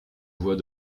voix